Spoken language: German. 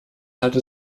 hatte